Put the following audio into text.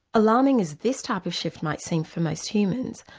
alarming as this type of shift might seem for most humans,